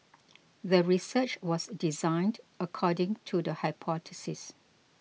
the research was designed according to the hypothesis